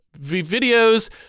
videos